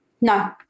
No